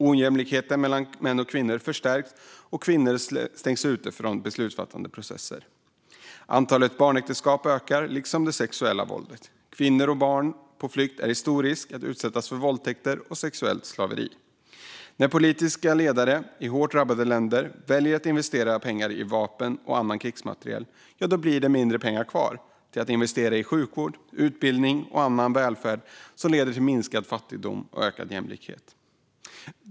Ojämlikheten mellan män och kvinnor förstärks, och kvinnor stängs ute från beslutsfattande processer. Antalet barnäktenskap ökar, liksom det sexuella våldet. Kvinnor och barn på flykt löper stor risk att utsättas för våldtäkter och sexuellt slaveri. När politiska ledare i hårt drabbade länder väljer att investera pengar i vapen och annan krigsmateriel blir det mindre pengar kvar att investera i sjukvård, utbildning och annan välfärd som leder till minskad fattigdom och ökad jämlikhet.